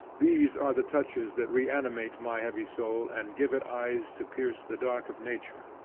these are the touches that reanimate my heavy soul and give it eyes to pierce the dark of nature.